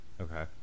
Okay